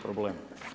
problem.